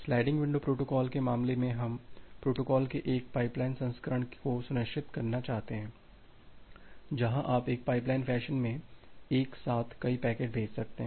sliding window protocol के मामले में हम प्रोटोकॉल के एक पाइपलाइन संस्करण को सुनिश्चित करना चाहते हैं जहां आप एक पाइपलाइन फैशन में एक साथ कई पैकेट भेज सकते हैं